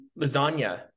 lasagna